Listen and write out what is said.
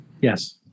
Yes